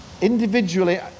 individually